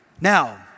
Now